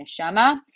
Neshama